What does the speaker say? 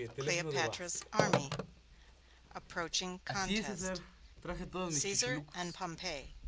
cleopatra's army approaching contest caesar and pompey.